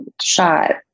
shot